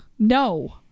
No